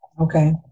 Okay